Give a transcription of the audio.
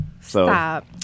Stop